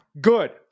Good